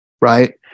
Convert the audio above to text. right